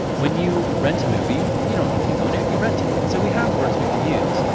when you rent a movie, you don't think you own it, you rent it. so we have words we can use.